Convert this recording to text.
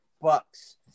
Bucks